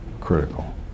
critical